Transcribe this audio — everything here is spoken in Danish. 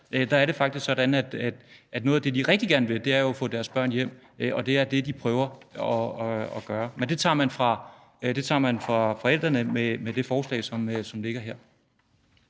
er det faktisk sådan, at noget af det, de rigtig gerne vil, jo er at få deres børn hjem, og det er det, de prøver at gøre. Men det tager man fra forældrene med det forslag, som ligger her.